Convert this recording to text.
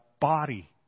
body